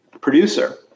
producer